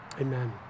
Amen